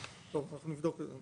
אנחנו נבדוק את זה.